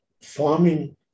farming